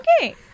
Okay